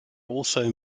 also